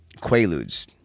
Quaaludes